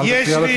אל תפריע לו,